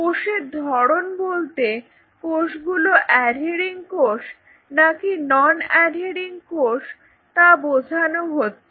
কোষের ধরন বলতে কোষগুলো অ্যাঢেরিং কোষ নাকি নন অ্যাঢেরিং কোষ তা বোঝানো হচ্ছে